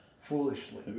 foolishly